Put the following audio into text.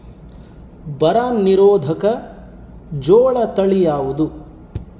ಬರ ನಿರೋಧಕ ಜೋಳ ತಳಿ ಯಾವುದು?